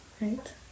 right